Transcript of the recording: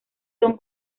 son